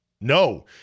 no